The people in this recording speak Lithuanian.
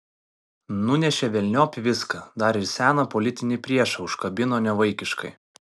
nunešė velniop viską dar ir seną politinį priešą užkabino nevaikiškai